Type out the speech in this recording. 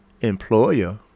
employer